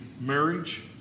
marriage